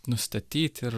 nustatyt ir